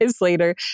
later